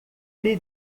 lhe